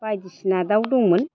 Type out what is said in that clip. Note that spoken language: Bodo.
बायदिसिना दाउ दंमोन